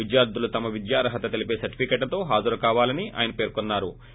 విద్యార్గులు తమ విద్యార్థత తెలిపే సెర్తిఫికేట్లతో హాజరు కావాలని ఆయన పేర్కొన్నా రు